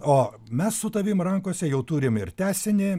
o mes su tavim rankose jau turim ir tęsinį